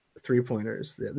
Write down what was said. three-pointers